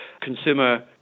consumer